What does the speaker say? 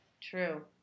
True